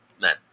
men